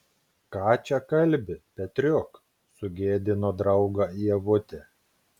ką čia kalbi petriuk sugėdino draugą ievutė